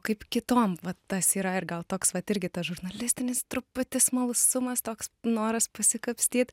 kaip kitom va tas yra ir gal toks vat irgi tas žurnalistinis truputį smalsumas toks noras pasikapstyt